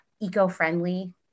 eco-friendly